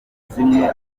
zimwe